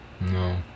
No